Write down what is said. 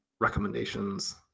recommendations